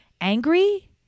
angry